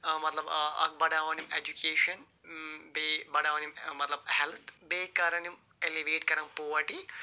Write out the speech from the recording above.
مَطلب اَکھ بڑاوَن یِم اٮ۪جُکیشَن بیٚیہِ بڑاوَن یِم مطلب ہٮ۪لٕتھ بیٚیہِ کَرَن یِم اٮ۪لِویٹ کَرَن پوٗوَرٹی